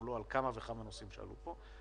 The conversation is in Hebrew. מולו על כלמה וכמה נושאים שעלו פה,